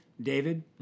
David